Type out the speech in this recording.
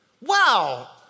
Wow